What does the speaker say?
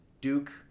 Duke